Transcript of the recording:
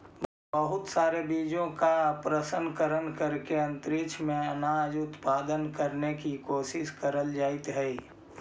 बहुत सारे बीजों का प्रशन करण करके अंतरिक्ष में अनाज उत्पादन करने की कोशिश करल जाइत हई